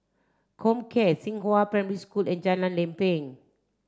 Comcare Xinghua Primary School and Jalan Lempeng